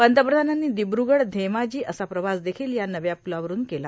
पंतप्रधानांनी दिब्रुगढ धेमाजी असा प्रवासदेखील या नव्या पुलावरून केला